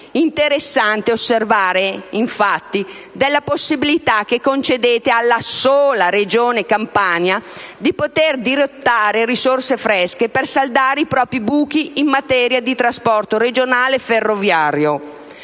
interessante osservare, infatti, la possibilità che concedete alla sola Regione Campania di poter dirottare risorse fresche per saldare i propri buchi in materia di trasporto regionale ferroviario: